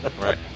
Right